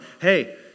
hey